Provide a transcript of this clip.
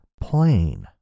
plain